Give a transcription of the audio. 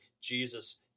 Jesus